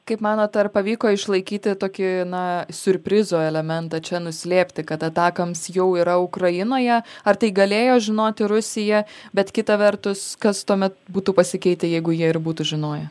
kaip manot ar pavyko išlaikyti tokį na siurprizo elementą čia nuslėpti kad atacms jau yra ukrainoje ar tai galėjo žinoti rusija bet kita vertus kas tuomet būtų pasikeitę jeigu jie ir būtų žinoję